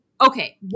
okay